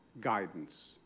guidance